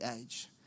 age